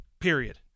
Period